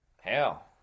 hell